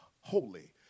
holy